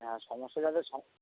হ্যাঁ সমস্যা যাতে সমা